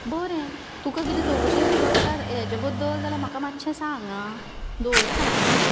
बरें तुका कितें चवकशे कळटा हाचे बद्दल जाल्यार म्हाका मातशें सांग आं दवरता आं